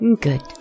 Good